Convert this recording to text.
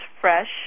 fresh